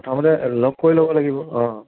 প্ৰথমতে লগ কৰি ল'ব লাগিব অঁ